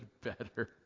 better